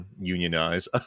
Unionize